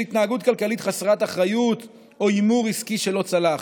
התנהגות כלכלית חסרת אחריות או הימור עסקי שלא צלח.